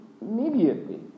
immediately